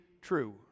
true